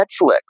Netflix